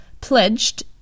pledged